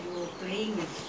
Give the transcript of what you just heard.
I think it's good lah